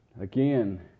again